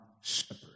shepherd